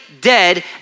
dead